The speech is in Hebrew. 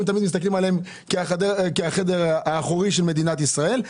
מסתכלים עליהם כחדר האחורי של מדינת ישראל.